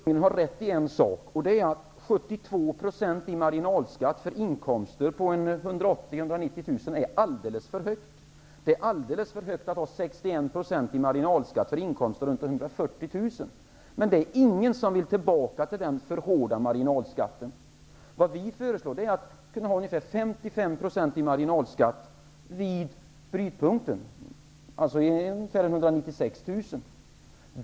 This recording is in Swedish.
Herr talman! Statsrådet har rätt i ett avseende, nämligen att 72 % i marginalskatt för inkomster på 180 000--190 000 kr är alldeles för mycket. Det är alldeles för högt att ha 61 % i marginalskatt för inkomster omkring 140 000 kr. Men det är ingen som vill att vi skall komma tillbaka till denna hårda marginalskatt. Vi föreslår ungefär 55 % i marginalskatt vid brytpunkten, alltså ungefär 196 000 kr.